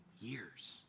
years